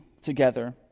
together